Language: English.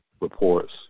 reports